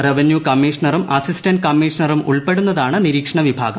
revenue കമ്മീഷണറും assistant കമ്മീഷണറും ഉൾപ്പെടുന്നതാണ് നിരീക്ഷണ വിഭാഗം